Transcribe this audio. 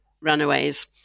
runaways